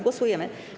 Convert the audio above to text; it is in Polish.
Głosujemy.